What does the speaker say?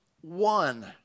one